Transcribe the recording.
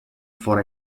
for